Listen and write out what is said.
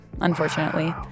unfortunately